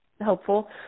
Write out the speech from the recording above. helpful